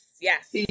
Yes